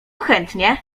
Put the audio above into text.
chętnie